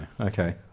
Okay